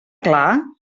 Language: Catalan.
clar